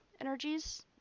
energies